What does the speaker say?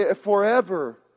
forever